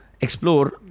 explore